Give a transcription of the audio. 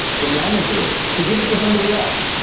to manage risk, to give it to somebody else,